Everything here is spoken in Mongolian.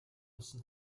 болсон